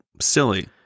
Silly